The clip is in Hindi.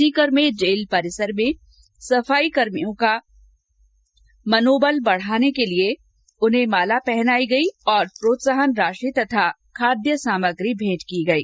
सीकर में जेल परिसर में सफाईकर्मियों का मनोबल बढ़ाने के लिए उन्हें माला पहनाई गई और प्रोत्साहन राशि तथा खाद्य सामग्री भेंट की गई